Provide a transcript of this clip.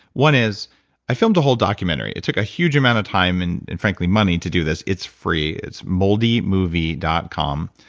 one is i filmed a whole documentary. it took a huge amount of time and, and frankly, money to do this. it's free. it's moldymovie dot com.